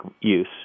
use